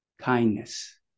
kindness